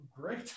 Great